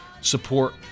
support